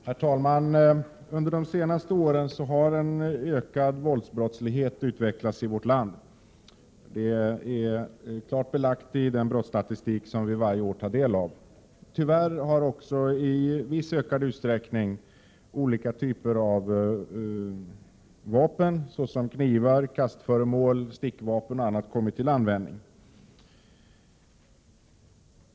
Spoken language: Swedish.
Herr talman! Under de senaste åren har en ökad våldsbrottslighet utvecklats i vårt land. Detta är klart belagt i den brottsstatistik vi varje år tar del av. Tyvärr har också i viss mån olika typer av vapen såsom knivar, kastföremål och stickvapen kommit till användning i ökad utsträckning.